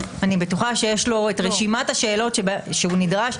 אני בטוחה שיש לו את רשימת השאלות שהוא נדרש.